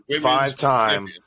Five-time